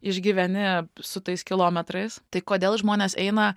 išgyveni su tais kilometrais tai kodėl žmonės eina